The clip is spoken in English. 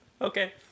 Okay